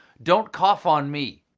don't cough on me.